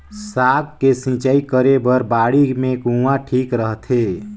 साग के सिंचाई करे बर बाड़ी मे कुआँ ठीक रहथे?